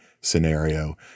scenario